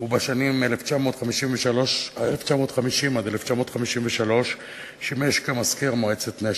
ובשנים 1950 1953 שימש כמזכיר מועצת נשר.